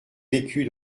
vécu